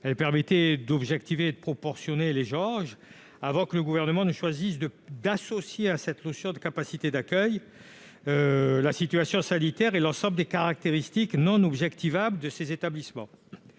Elle permettait d'objectiver et de proportionner les jauges, avant que le Gouvernement ne choisisse d'associer, à cette notion de capacité d'accueil, la situation sanitaire et l'ensemble des caractéristiques- non objectivables -de ces établissements.